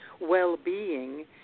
well-being